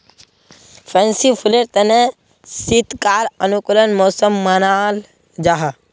fancy फुलेर तने शीतकाल अनुकूल मौसम मानाल जाहा